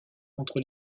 entre